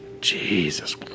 Jesus